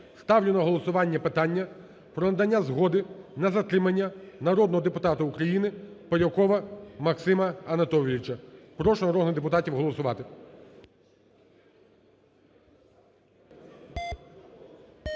ставлю на голосування питання про надання згоди на затримання народного депутата України Полякова Максима Анатолійовича. Прошу народних депутатів голосувати.